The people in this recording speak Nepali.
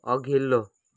अघिल्लो